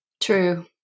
True